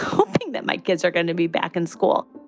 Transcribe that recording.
hoping that my kids are going to be back in school